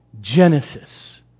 Genesis